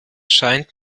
scheint